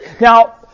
Now